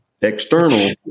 External